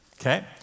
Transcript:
Okay